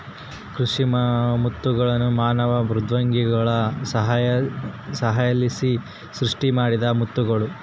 ಕೃಷಿ ಮುತ್ತುಗಳ್ನ ಮಾನವ ಮೃದ್ವಂಗಿಗಳ ಸಹಾಯಲಿಸಿಂದ ಸೃಷ್ಟಿಮಾಡಿದ ಮುತ್ತುಗುಳು